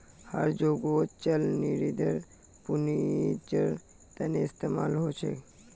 हर जोगोत चल निधिर पुन्जिर तने इस्तेमाल होचे